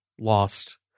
lost